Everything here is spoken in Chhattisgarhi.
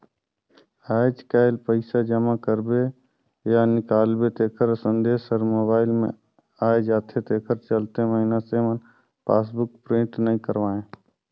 आयज कायल पइसा जमा करबे या निकालबे तेखर संदेश हर मोबइल मे आये जाथे तेखर चलते मइनसे मन पासबुक प्रिंट नइ करवायें